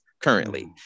currently